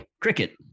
Cricket